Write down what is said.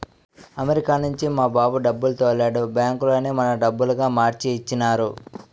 America నుంచి మా బాబు డబ్బులు తోలాడు బ్యాంకులోనే మన డబ్బులుగా మార్చి ఇచ్చినారు